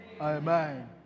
Amen